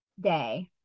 day